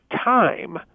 time